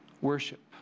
worship